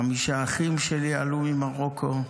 חמישה אחים שלי עלו ממרוקו,